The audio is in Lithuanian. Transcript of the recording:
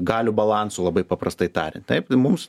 galių balansu labai paprastai tariant taip mums